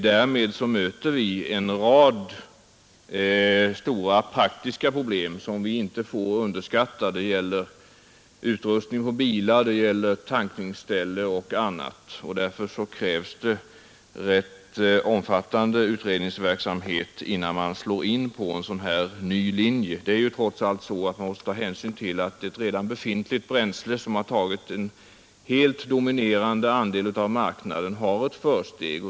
Därmed möter vi en rad stora praktiska problem som vi inte får underskatta. Det gäller utrustning på bilar, tankningsställen och annat. Därför krävs det en rätt omfattande utredningsverksamhet innan man slår in på en ny linje. Man måste trots allt ta hänsyn till att ett redan befintligt bränsle har en helt dominerande andel av marknaden och därmed har ett försteg.